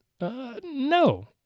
No